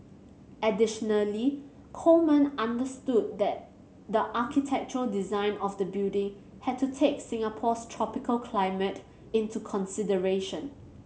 additionally Coleman understood that the architectural design of the building had to take Singapore's tropical climate into consideration